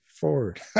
forward